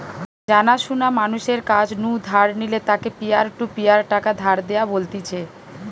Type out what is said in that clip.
জানা শোনা মানুষের কাছ নু ধার নিলে তাকে পিয়ার টু পিয়ার টাকা ধার দেওয়া বলতিছে